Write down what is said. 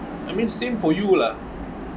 I mean same for you lah